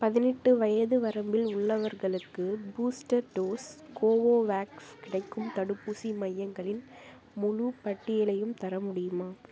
பதினெட்டு வயது வரம்பில் உள்ளவர்களுக்கு பூஸ்டர் டோஸ் கோவோவேக்ஸ் கிடைக்கும் தடுப்பூசி மையங்களின் முழுப்பட்டியலையும் தர முடியுமா